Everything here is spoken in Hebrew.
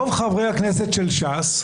רוב חברי הכנסת של ש"ס,